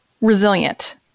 resilient